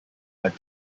are